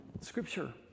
Scripture